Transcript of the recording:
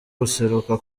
guseruka